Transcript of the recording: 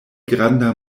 granda